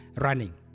running